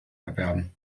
erwerben